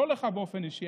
לא לך באופן אישי,